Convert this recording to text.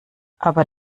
aber